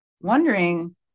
wondering